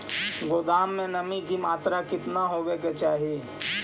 गोदाम मे नमी की मात्रा कितना होबे के चाही?